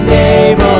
name